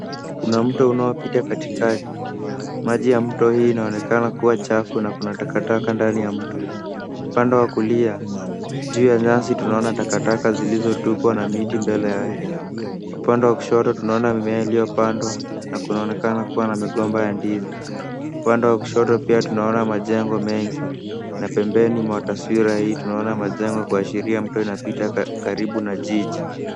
Kuna mto unaopita katikati, maji ya mto hii inaonekana kuwa chafu na kuna takataka ndani ya mto. Upande wa kulia, juu ya nyasi tunaona takataka zilizotupwa na miti mbele yake. Upande wa kushoto tunaona mimea iliyopandwa na kunaonekana kuwa na migomba ya ndizi. Upande wa kushoto pia tunaona majengo mengi, na pembeni mwa taswira hii tunaona majengo kuashiria mto unapita karibu na jiji.